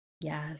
Yes